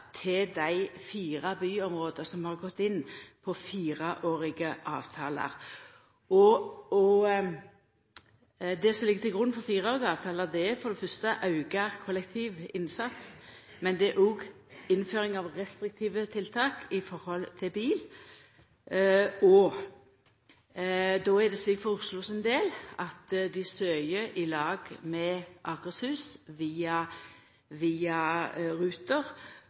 til dei fire byområda som har gått inn på fireårige avtalar. Det som ligg til grunn for fireårige avtalar, er for det fyrste auka kollektivinnsats, men det er òg innføring av restriktive tiltak når det gjeld bil. For Oslo sin del er det slik at dei søkjer i lag med Akershus, via